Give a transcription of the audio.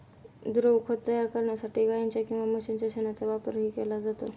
द्रवखत तयार करण्यासाठी गाईच्या किंवा म्हशीच्या शेणाचा वापरही केला जातो